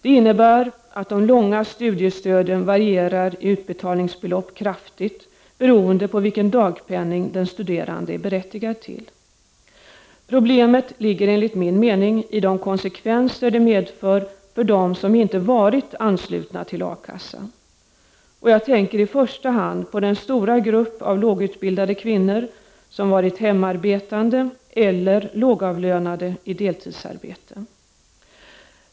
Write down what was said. Det innebär att de långa studiestöden varierar kraftigt i utbetalningsbelopp, beroende på vilken dagpenning den studerande är berättigad till. Problemet ligger enligt min mening i de konsekvenser det medför för dem som inte varit anslutna till A-kassa. Jag tänker i första hand på den stora grupp av lågutbildade kvinnor som varit hemarbetande eller lågavlönade i deltidsarbete.